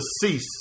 cease